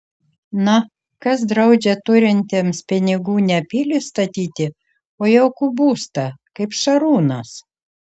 na kas draudžia turintiems pinigų ne pilį statyti o jaukų būstą kaip šarūnas